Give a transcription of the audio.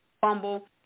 fumble